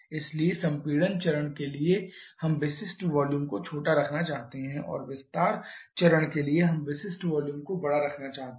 इसलिए संपीड़न चरण के लिए हम विशिष्ट वॉल्यूम को छोटा रखना चाहते हैं और विस्तार चरण के लिए हम विशिष्ट वॉल्यूम को बड़ा रखना चाहते हैं